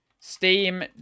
Steam